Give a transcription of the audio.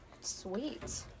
Sweet